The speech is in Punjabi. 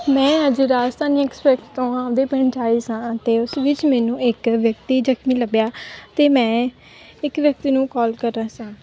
ਮੈਂ ਅੱਜ ਰਾਜਧਾਨੀ ਐਕਸਪੈਕਟ ਤੋਂ ਆਪਣੇ ਪਿੰਡ 'ਚ ਆਈ ਸਾਂ ਅਤੇ ਉਸ ਵਿੱਚ ਮੈਨੂੰ ਇੱਕ ਵਿਅਕਤੀ ਜਖ਼ਮੀ ਲੱਭਿਆ ਅਤੇ ਮੈਂ ਇੱਕ ਵਿਅਕਤੀ ਨੂੰ ਕਾਲ ਕਰ ਰਿਹਾ ਸਾਂ